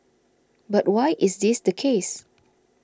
but why is this the case